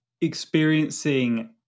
experiencing